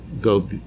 go